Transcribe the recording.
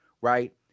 Right